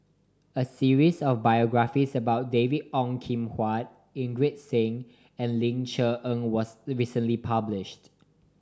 a series of biographies about David Ong Kim Huat Inderjit Singh and Ling Cher Eng was recently published